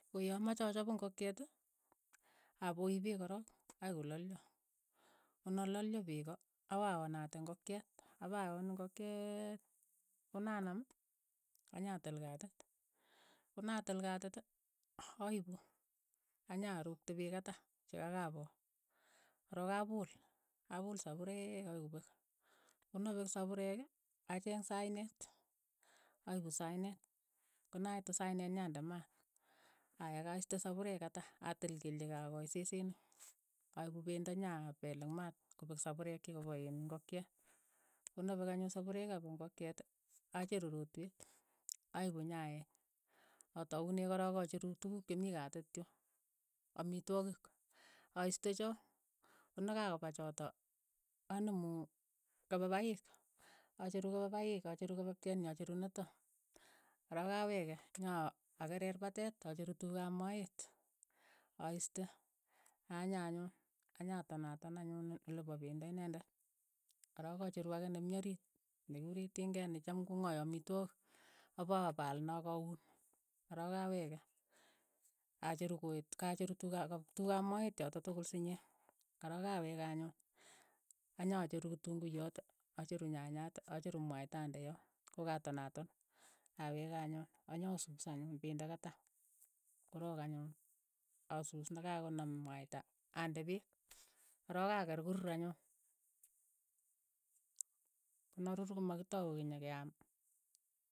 Ko ya amache achap ingokiet, apoi peek ko rook akoi kolalyo, ko na lalyo peeko, awa aonate ingokiet, apa oon ingokieet, kona naam, anyatil katit, konatil katit, aipu anyarookte peek kata, che ka ka poo, ko rook a puul, a puul sapureek akoi kopek, konapek sapureek, acheng saineet, aipu saineet, konaitu saineet nyande maat, aya kaistee sapureek kata. atil kelyek akachik sesenik, aipu pendo nya peel eng' maat kopek sapureek cha ka pa iin ngokiet, ko na peek anyun sapureek ap ingokiet, acheru rotweet, aipu nyaeeny, ataune korook acheru tukuuk che mii katiit yu, amitwogik, aiste choo, ko na kakopaa chotok, anemu kepepaiik, acheru kepepaiik, acheru kepepcheet nii acheru nitok, ko rook aweke, nya akereer pateet, acheru tukuuk ap moeet. aiste, anyo anyun, anya ton a ton anyun lepo pendo inendet, ko rook acheru ake ne mii oriit, ne kikuree tingeet ne chom kong'ae amitwogik apa paal no ak auun, ko rook aweke, acheru koet, kacheru tukuuk ap tukuuk ap moet chotok tukul sinyee, ko rook aweke anyuun, anyacheru kitunguiyot, acheru nyanyaat, acheru mwaita ande yoo, kokaa ton a ton, aweke anyuun, anyasus anyun pendokatak, ko rook anyun, a suus ne ka ko naam mwaita ande peek, ko rook akeer korur anyun, ko narur ko ma kitau ke nyeke aam, mmh.